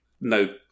no